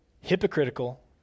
Hypocritical